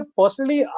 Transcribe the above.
personally